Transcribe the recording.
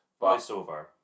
Voiceover